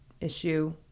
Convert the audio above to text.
issue